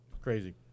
Crazy